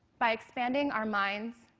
by expanding our minds,